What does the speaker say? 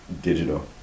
digital